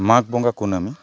ᱢᱟᱜᱽ ᱵᱚᱸᱜᱟ ᱠᱩᱱᱟᱹᱢᱤ